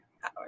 power